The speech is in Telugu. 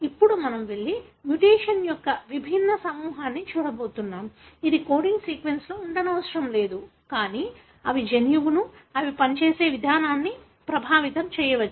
ఇప్పుడు మేము వెళ్లి మ్యుటేషన్ యొక్క విభిన్న సమూహాన్ని చూడబోతున్నాము ఇది కోడింగ్ సీక్వెన్స్లో ఉండనవసరం లేదు కానీ అవి జన్యువును అవి పనిచేసే విధానాన్ని ప్రభావితం చేయవచ్చు